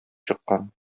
чыккан